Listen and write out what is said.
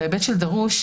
בהיבט של דרוש,